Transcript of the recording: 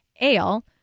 ale